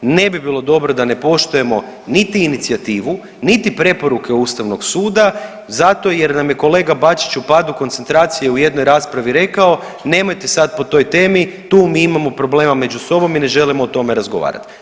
Ne bi bilo dobro da ne poštujemo niti inicijativu niti preporuke Ustavnog suda zato jer nam je kolega Bačić u padu koncentracije u jednoj raspravi rekao, nemojte sad po toj temi, tu mi imamo problema među sobom i ne želimo o tome razgovarati.